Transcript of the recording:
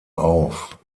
auf